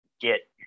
get